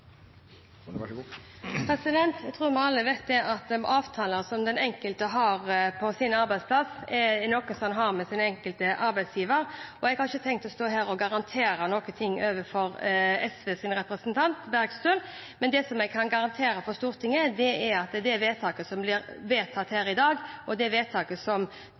og arbeidsforhold eller svekkelse av pensjonsordninger. Dette handler om at svaret på et slikt spørsmål vil være avgjørende for hva SV tenker om saken. Jeg tror vi alle vet at avtaler som den enkelte har på sin arbeidsplass, er noe man har med sin arbeidsgiver. Jeg har ikke tenkt å stå her og garantere noen ting overfor SVs representant Bergstø, men det jeg kan garantere på Stortinget, er at det vedtaket som blir gjort her i dag, og det forslaget som